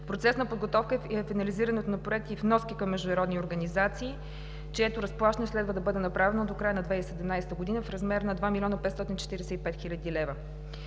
процес на подготовка е финализирането на проекти и вноски към международни организации, чието разплащане следва да бъде направено до края на 2017 г. в размер на 2 млн. 545 хил. лв.